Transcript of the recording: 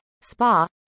spa